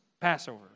Passover